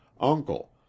uncle